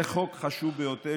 זה חוק חשוב ביותר,